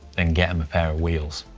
then get them a pair of wheels.